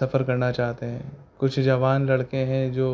سفر کرنا چاہتے ہیں کچھ جوان لڑکے ہیں جو